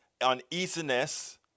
uneasiness